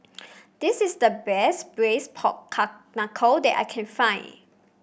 this is the best braise Pork Knuckle that I can find